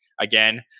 again